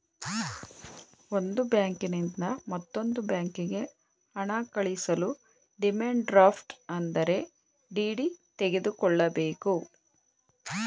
ಒಂದು ಬ್ಯಾಂಕಿನಿಂದ ಮತ್ತೊಂದು ಬ್ಯಾಂಕಿಗೆ ಹಣ ಕಳಿಸಲು ಡಿಮ್ಯಾಂಡ್ ಡ್ರಾಫ್ಟ್ ಅಂದರೆ ಡಿ.ಡಿ ತೆಗೆದುಕೊಳ್ಳಬೇಕು